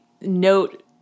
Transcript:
note